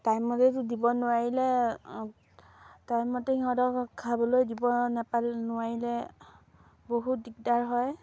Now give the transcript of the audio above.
টাইমমতেতো দিব নোৱাৰিলে টাইমমতে সিহঁতক খাবলৈ দিব নেপাল নোৱাৰিলে বহুত দিগদাৰ হয়